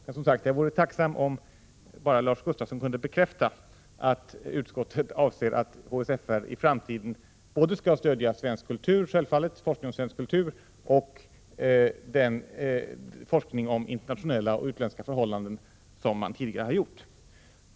Jag vore tacksam om Lars Gustafsson kunde bekräfta att utskottet anser att HSFR i framtiden skall stödja både forskning om svensk kultur och forskning om internationella och utländska förhållanden, som rådet tidigare har gjort.